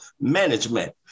management